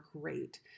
great